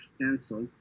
cancel